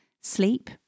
Sleep